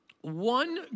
one